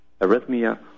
arrhythmia